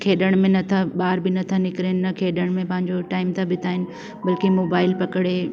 खेॾण में नथा ॿाहरि बि न था निकरनि न खेॾण में पंहिंजो टाइम था बिताइन बल्कि मोबाइल पकिड़े